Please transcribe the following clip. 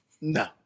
no